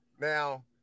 now